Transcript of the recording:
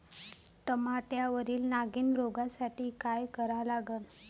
टमाट्यावरील नागीण रोगसाठी काय करा लागन?